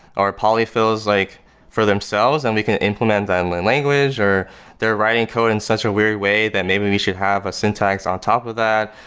or polyfills like for themselves and we can implement a and language, or they're writing code in such a weird way that maybe we should have a syntax on top of that,